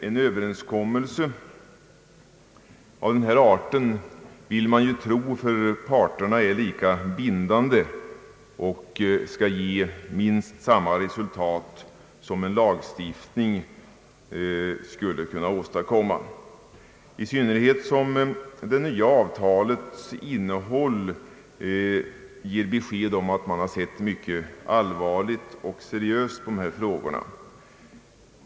En överenskommelse av denna art vill man ju tro är lika bindande för parterna och skall ge minst samma resultat som en lagstiftning skulle kunna åstadkomma, i synnerhet som det nya avtalet ger besked om att man har sett mycket allvarligt och seriöst på dessa frågor.